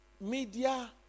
Media